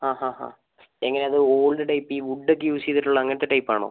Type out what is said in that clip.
ആ ഹാ ഹാ എങ്ങനേ അത് ഓൾഡ് ടൈപ്പ് ഈ വുഡൊക്കേ യൂസ് ചെയ്തിട്ടുള്ള അങ്ങനത്തെ ടൈപ്പാണോ